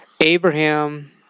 Abraham